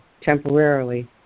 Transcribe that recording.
temporarily